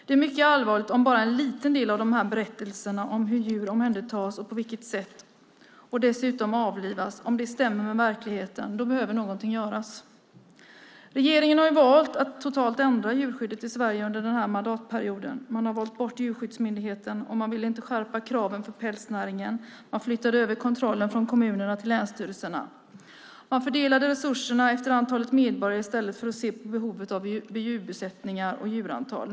Det är mycket allvarligt om bara en liten del av de här berättelserna om hur djur omhändertas och dessutom avlivas stämmer med verkligheten. Då behöver någonting göras. Regeringen har valt att totalt ändra djurskyddet i Sverige under den här mandatperioden. Man har valt bort Djurskyddsmyndigheten. Man vill inte skärpa kraven för pälsnäringen. Man flyttade över kontrollen från kommunerna till länsstyrelserna och fördelade resurserna efter antalet medborgare i stället för att se på behovet utifrån djurbesättningar och djurantal.